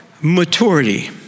maturity